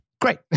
Great